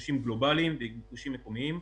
ביקושים גלובליים וביקושים מקומיים,